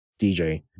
DJ